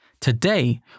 Today